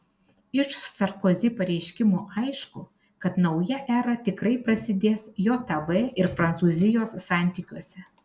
iš sarkozi pareiškimų aišku kad nauja era tikrai prasidės jav ir prancūzijos santykiuose